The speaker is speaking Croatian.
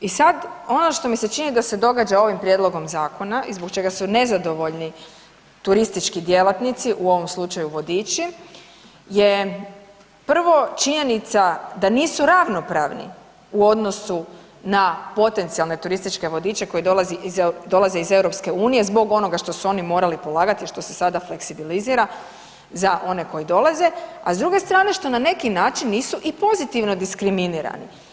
I sad ono što mi se čini da se događa ovim prijedlogom Zakona i zbog čega su nezadovoljni turistički djelatnici, u ovom slučaju vodiči, jer prvo činjenica da nisu ravnopravni u odnosu na potencijalne turističke vodiče koji dolaze iz Europske unije zbog onoga što su oni morali polagati, a što se sada fleksibilizira za one koji dolaze, a s druge strane što na neki način nisu i pozitivno diskriminirani.